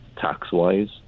tax-wise